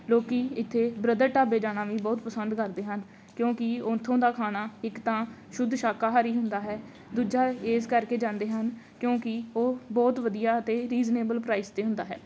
ਲੋਕ ਇੱਥੇ ਬ੍ਰਦਰ ਢਾਬੇ ਜਾਣਾ ਵੀ ਬਹੁਤ ਪਸੰਦ ਕਰਦੇ ਹਨ ਕਿਉਂਕਿ ਉੱਥੋਂ ਦਾ ਖਾਣਾ ਇੱਕ ਤਾਂ ਸ਼ੁੱਧ ਸ਼ਾਕਾਹਾਰੀ ਹੁੰਦਾ ਹੈ ਦੂਜਾ ਇਸ ਕਰਕੇ ਜਾਂਦੇ ਹਨ ਕਿਉਂਕਿ ਉਹ ਬਹੁਤ ਵਧੀਆ ਅਤੇ ਰੀਜ਼ਨੇਬਲ ਪ੍ਰਾਈਸ 'ਤੇ ਹੁੰਦਾ ਹੈ